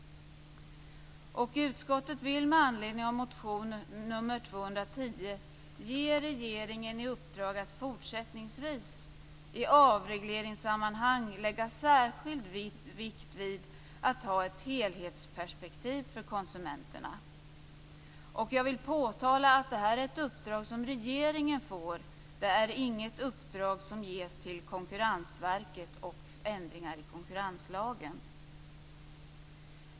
Utskottet vill med anledning av motion N210 ge regeringen i uppdrag att fortsättningsvis i avregleringssammanhang lägga särskild vikt vid ett helhetsperspektiv för konsumenterna. Jag vill påtala att detta är ett uppdrag som regeringen får. Det är inget uppdrag som ges till Konkurrensverket om ändringar i konkurrenslagen.